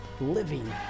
living